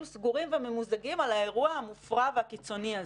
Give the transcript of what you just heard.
סגורים וממוזגים על האירוע המופרע והקיצוני הזה.